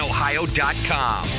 Ohio.com